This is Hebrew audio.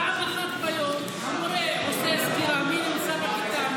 פעם אחת ביום המורה עושה סקירה מי נמצא בכיתה,